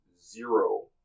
zero